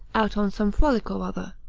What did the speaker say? out on some frolic or other,